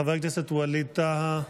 חבר הכנסת ווליד טאהא,